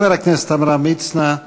חבר הכנסת עמרם מצנע.